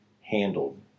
handled